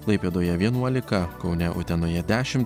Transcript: klaipėdoje vienuolika kaune utenoje dešimt